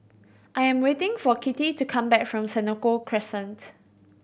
I am waiting for Kitty to come back from Senoko Crescent